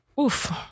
Oof